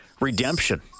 redemption